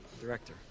Director